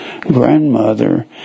grandmother